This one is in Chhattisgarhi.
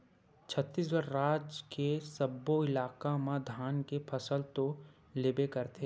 छत्तीसगढ़ राज के सब्बो इलाका म धान के फसल तो लेबे करथे